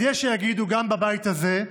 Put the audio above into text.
אז יש שיגידו, גם בבית הזה,